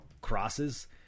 crosses